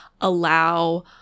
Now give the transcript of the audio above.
allow